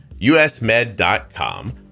usmed.com